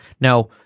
Now